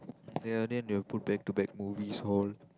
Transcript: then they'll put back to back movies all